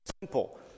simple